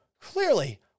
clearly